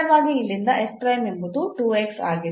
ಸರಳವಾಗಿ ಇಲ್ಲಿಂದ ಎಂಬುದು ಆಗಿದೆ